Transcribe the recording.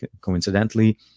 coincidentally